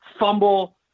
Fumble